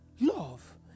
Love